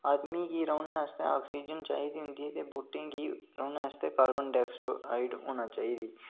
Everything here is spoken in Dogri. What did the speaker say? आदमी गी रौह्ने आस्तै आक्सीजन चाहिदी होंदी ते बूहटे गी रौह्ने आस्तै कार्बन डाइक्साइड होना चाहिदी